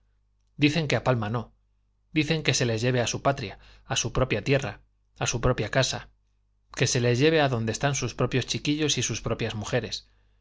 dicen que a palmas no dicen que se les lleve a su patria a su propia tierra a su propia casa que se les lleve adonde están sus propios chiquillos y sus propias mujeres